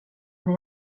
när